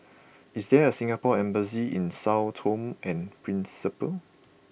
is there a Singapore Embassy in Sao Tome and Principe